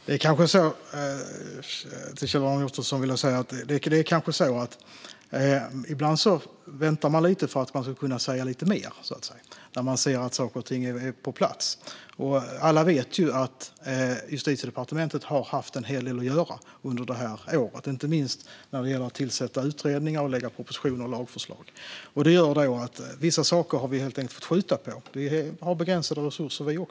Fru talman! Det kanske är så att man ibland väntar lite för att kunna säga lite mer när saker och ting är på plats. Alla vet ju att Justitiedepartementet har haft en hel del att göra under detta år, inte minst när det gällt att tillsätta utredningar och lägga fram propositioner och lagförslag. Det har gjort att vi helt enkelt har fått skjuta på vissa saker. Även vi har begränsade resurser.